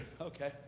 Okay